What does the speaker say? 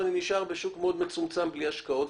אני נשאר בשוק מצומצם בלי השקעות.